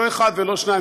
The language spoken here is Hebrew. לא אחד ולא שניים,